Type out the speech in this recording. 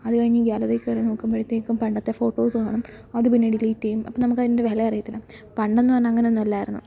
അതുകഴിഞ്ഞ് ഗാലറിയില് കയറി നോക്കുമ്പോഴത്തേക്കും പണ്ടത്തെ ഫോട്ടോസ് കാണും അതു പിന്നെ ഡിലിറ്റ് ചെയ്യും അപ്പോൾ നമുക്ക് അതിന്റെ വില അറിയത്തില്ല പണ്ടെന്നു പറഞ്ഞാല് അങ്ങനെയൊന്നുമല്ലായിരുന്നു